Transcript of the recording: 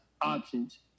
options